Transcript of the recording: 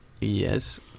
yes